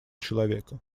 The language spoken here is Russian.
человека